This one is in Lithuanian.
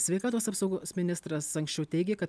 sveikatos apsaugos ministras anksčiau teigė kad